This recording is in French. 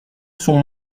son